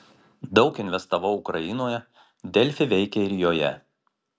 daug investavau ukrainoje delfi veikia ir joje